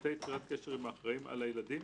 פרטי יצירת קשר עם האחראים על הילדים,